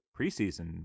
preseason